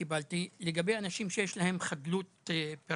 שקיבלתי לגבי אנשים שיש להם חדלות פירעון.